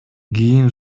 кийин